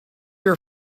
your